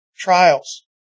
trials